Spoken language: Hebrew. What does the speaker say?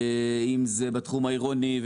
אם זה בתחום העירוני,